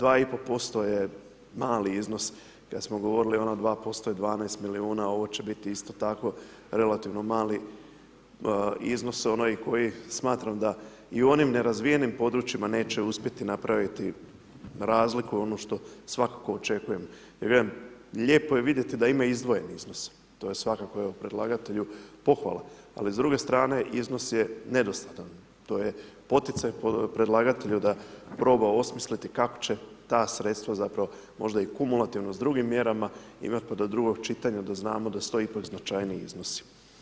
2,5% je mali iznos kad smo govorili ono 2% je 12 milijuna ovo će biti isto tako relativno mali iznos koji smatramo da i u onim nerazvijenim područjima neće uspjeti napraviti razliku ono što svatko očekuje jer kažem, lijepo je vidjeti da ima izdvojeni iznos, to je svakako predlagatelju pohvala, ali s druge strane, iznos je nedostatan, to je poticaj predlagatelju da proba osmisliti kako će ta sredstva zapravo možda i kumulativno s drugim mjerama imati pa do drugog čitanja da znamo da su to ipak značajniji iznosi.